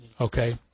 Okay